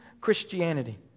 Christianity